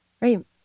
right